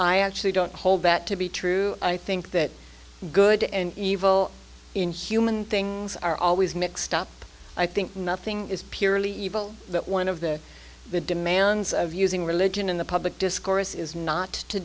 i actually don't hold that to be true i think that good and evil inhuman things are always mixed up i think nothing is purely evil but one of the demands of using religion in the public discourse is not to